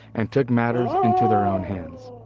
and took matters into their own hands.